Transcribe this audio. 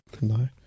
No